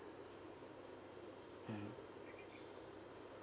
mmhmm